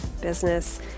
business